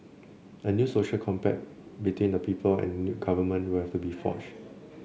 a new social compact between the people and new government will also have to be forged